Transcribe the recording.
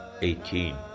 eighteen